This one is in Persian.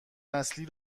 نسلی